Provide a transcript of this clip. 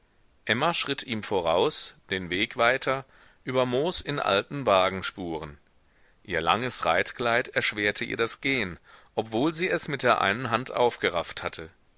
emma schritt ihm voraus den weg weiter über moos in alten wagenspuren ihr langes reitkleid erschwerte ihr das gehen obwohl sie es mit der einen hand aufgerafft hatte